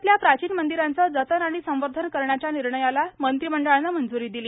राज्यातल्या प्राचीन मंदिरांचं जतन आणि संवर्धन करण्याच्या निर्णयालाही मंत्रिमंडळानं मंज्री दिली